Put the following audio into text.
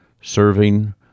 serving